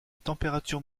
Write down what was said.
température